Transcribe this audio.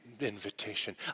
invitation